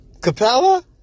Capella